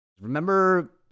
Remember